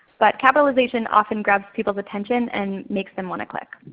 but capitalization often grabs people's attention and makes them want to click.